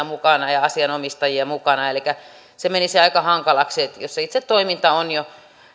mukana ja asianomistajia mukana elikkä se menisi aika hankalaksi jos se itse toiminta on jo